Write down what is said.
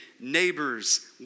neighbors